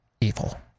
evil